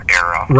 era